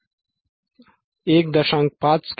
5 kilo हर्ट्झपर्यंत 1